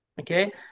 okay